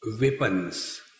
weapons